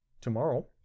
tomorrow